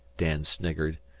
dan sniggered.